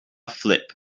flip